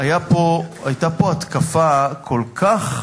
היתה פה התקפה כל כך